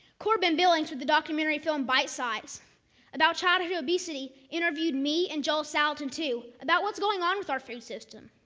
corbin billings, with the documentary film bite size about childhood obesity, interviewed me and joel salatin too, about what's going on with our food system.